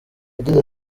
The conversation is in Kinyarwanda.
yagize